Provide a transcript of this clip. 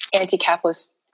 anti-capitalist